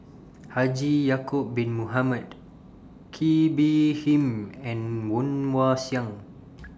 Haji Ya'Acob Bin Mohamed Kee Bee Khim and Woon Wah Siang